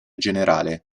generale